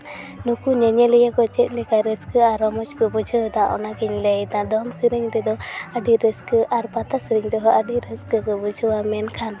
ᱱᱩᱠᱩ ᱧᱮᱧᱮᱞᱤᱭᱟᱹ ᱠᱚ ᱪᱮᱫᱞᱮᱠᱟ ᱨᱟᱹᱥᱠᱟᱹ ᱟᱨ ᱨᱚᱢᱚᱡᱽ ᱠᱚ ᱵᱩᱡᱷᱟᱹᱣᱫᱟ ᱚᱱᱟᱜᱤᱧ ᱞᱟᱹᱭᱮᱫᱟ ᱫᱚᱝ ᱥᱮᱨᱮᱧ ᱨᱮᱫᱚ ᱟᱹᱰᱤ ᱨᱟᱹᱥᱠᱟᱹ ᱟᱨ ᱯᱟᱛᱟ ᱥᱮᱨᱮᱧ ᱨᱮᱦᱚᱸ ᱟᱹᱰᱤ ᱨᱟᱹᱥᱠᱟᱹ ᱠᱚ ᱵᱩᱡᱷᱟᱹᱣᱟ ᱢᱮᱱᱠᱷᱟᱱ